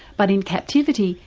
but in captivity,